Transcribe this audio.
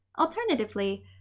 Alternatively